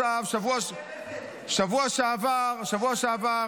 שבוע שעבר --- זה חוק שאתם הבאתם.